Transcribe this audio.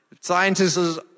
Scientists